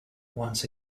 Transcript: once